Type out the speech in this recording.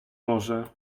może